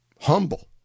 humble